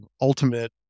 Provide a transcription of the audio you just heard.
ultimate